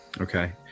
Okay